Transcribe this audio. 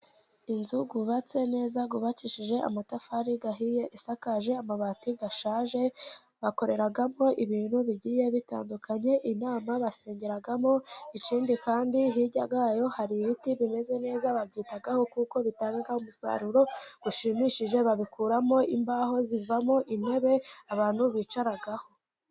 Inzu yubatse neza yubakishiije amatafari ahiye isakaje amabati ashaje, bakoreramo ibintu bigiye bitandukanye: inama, basengeramo ikindi kandi hirya yayo hari ibiti bimeze neza babyitaho, kuko bitanga umusaruro ushimishije babikuramo imbaho zivamo intebe abantu bicaraho.